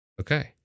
Okay